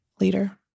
leader